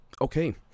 okay